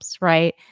right